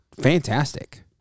fantastic